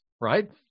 right